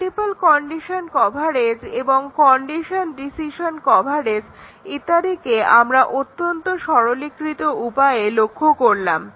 multiple condition coverage এবং condition decision coverage ইত্যাদিকে আমরা অত্যন্ত সরলীকৃত উপায়ে লক্ষ্য করলাম